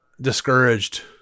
discouraged